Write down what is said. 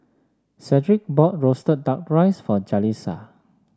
Cedrick bought roasted duck rice for Jalisa